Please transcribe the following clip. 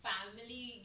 Family